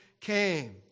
came